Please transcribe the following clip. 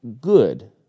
good